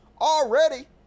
already